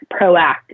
proactive